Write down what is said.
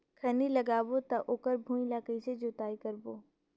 खैनी लगाबो ता ओकर भुईं ला कइसे जोताई करबो?